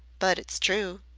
but it's true.